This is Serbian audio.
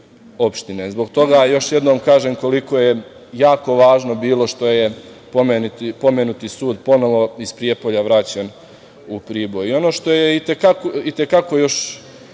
Zbog toga još jednom kažem koliko je jako važno bilo što je pomenuti sud ponovo iz Prijepolja vraćen u Priboj. Ono